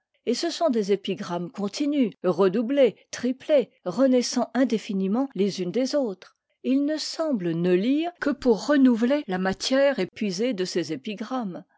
et ce sont des épigrammes continues redoublées triplées renaissant indéfiniment les unes des autres et il semble ne lire que pour renouveler la matière épuisée de ses épigrammes